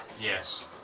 yes